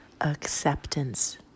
Acceptance